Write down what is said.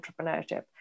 entrepreneurship